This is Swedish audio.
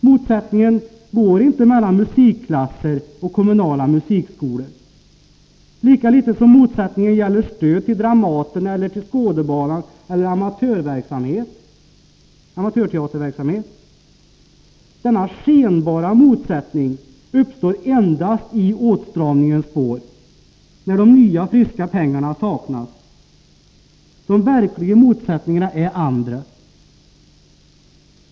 Musikklasser står inte i motsättning till kommunala musikskolor, lika litet som motsättningen gäller stöd till Dramaten eller stöd till Skådebanan eller amatörteaterverksamhet. Denna skenbara motsättning uppstår endast i åtstramningens spår, när de nya friska pengarna saknas. De verkliga motsättningarna är andra.